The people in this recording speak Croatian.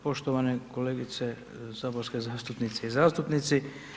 Poštovane kolegice saborske zastupnice i zastupnici.